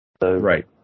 Right